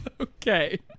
Okay